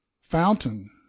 fountain